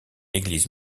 église